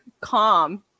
calm